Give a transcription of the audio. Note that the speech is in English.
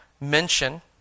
mention